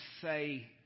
say